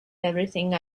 everything